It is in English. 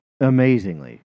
amazingly